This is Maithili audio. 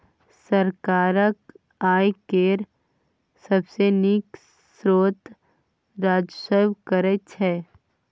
सरकारक आय केर सबसे नीक स्रोत राजस्व कर छै